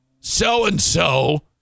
So-and-so